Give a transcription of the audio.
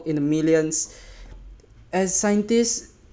in the millions as scientists